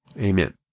Amen